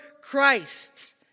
Christ